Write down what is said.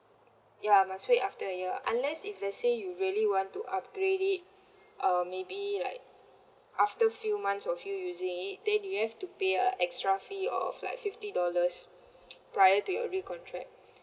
ya must wait after a year unless if let's say you really want to upgrade it um maybe like after few months of you using it then you have to pay a extra fee of like fifty dollars prior to your recontract